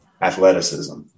athleticism